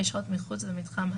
נראה מה עמדת הממשלה,